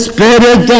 Spirit